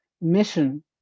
mission